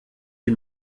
sie